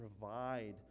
provide